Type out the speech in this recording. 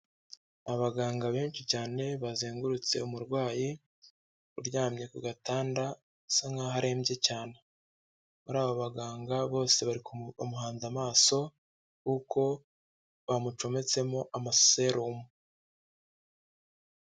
Abaganga benshi cyane bazengurutse umurwayi uryamye ku gatanda asa nkaho arembye cyane muri aba baganga bose bari bamuhanze amaso kuko bamucometsemo amaserumo.